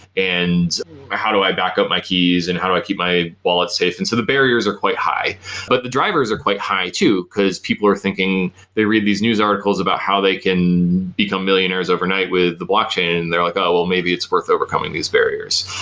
and how do i back up my keys and how do i keep my wallet safe and so the barriers are quite high but the drivers are quite high too because people are thinking they read this news articles about how they can become millionaires overnight with the blockchain and they're like, oh well maybe it's worth overcoming these barriers.